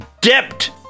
dipped